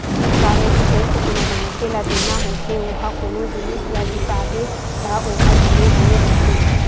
indirect tax कोनो मनखे ल देना होथे ओहा कोनो जिनिस ल बिसाबे त ओमा जुड़े होय रहिथे